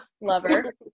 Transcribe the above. lover